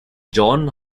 john